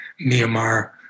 Myanmar